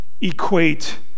equate